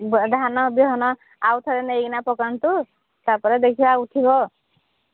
ଧାନ ବିହନ ଆଉ ଥରେ ନେଇ କିନା ପକାନ୍ତୁ ତାପରେ ଦେଖିବା ଉଠିବ